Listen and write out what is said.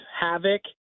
havoc